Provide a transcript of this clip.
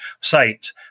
site